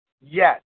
Yes